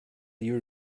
you